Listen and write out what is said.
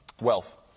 wealth